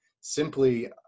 simply